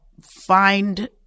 find